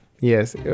yes